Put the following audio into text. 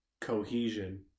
cohesion